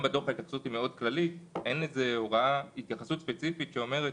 ההתייחסות בדוח לשאלה זו היא כללית מאוד ואין התייחסות ספציפית שאומרת: